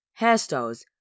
hairstyles